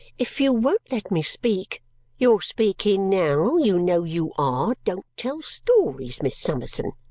if you won't let me speak you're speaking now. you know you are. don't tell stories, miss summerson.